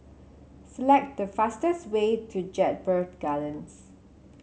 select the fastest way to Jedburgh Gardens